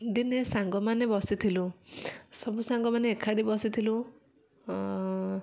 ଦିନେ ସାଙ୍ଗମାନେ ବସିଥିଲୁ ସବୁ ସାଙ୍ଗମାନେ ଏକାଠି ବସିଥିଲୁ